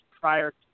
prior